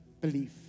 belief